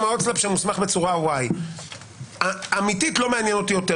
ההוצל"פ שמוסמך בצורה Y. אמתית לא מעניין אותי יותר.